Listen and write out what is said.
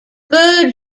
bird